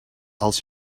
als